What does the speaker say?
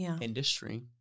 industry